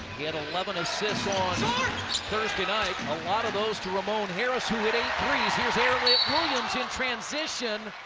he had eleven assists on thursday night. a lot of those two ramon harris, who had eight three s. here's williams in transition,